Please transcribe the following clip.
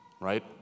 right